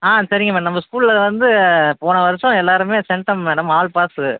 ஆ சரிங்க மேடம் நம்ம ஸ்கூலில் வந்து போன வருடம் எல்லாருமே சென்டம் மேடம் ஆல் பாஸ்ஸு